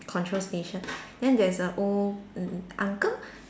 control station then there's a old n~ uncle